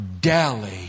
dally